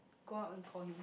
go out and call him